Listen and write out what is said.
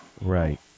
Right